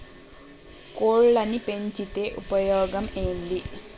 కోళ్లని పెంచితే ఉపయోగం ఏంది?